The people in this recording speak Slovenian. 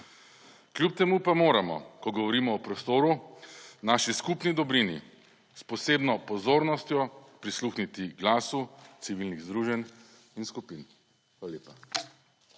Kljub temu pa moramo, ko govorimo o prostoru, naši skupni dobrini s posebno pozornostjo prisluhniti glasu civilnih združenj in skupin. Hvala lepa.